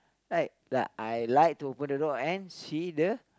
right I like to open the door and see the